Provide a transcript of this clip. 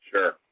Sure